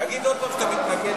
תגיד עוד פעם שאתה מתנגד.